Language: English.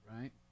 right